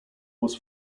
was